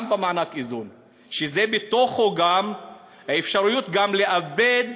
גם במענקי איזון, שבהם גם יש אפשרות לאבד